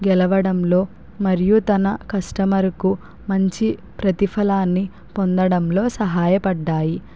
గెలవడంలో మరియు తన కస్టమర్ కు మంచి ప్రతిఫలాన్ని పొందడంలో సహాయపడ్డాయి